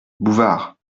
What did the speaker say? bouvard